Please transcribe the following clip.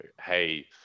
hey